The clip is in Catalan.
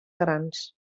grans